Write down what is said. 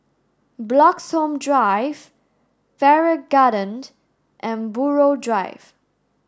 Bloxhome Drive Farrer Garden and Buroh Drive